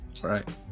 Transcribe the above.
Right